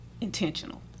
intentional